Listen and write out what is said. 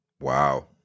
Wow